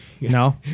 no